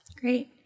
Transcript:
Great